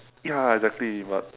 ya exactly but